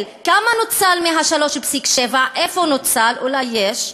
כמה נוצל מה-3.7, איפה נוצל, אולי יש,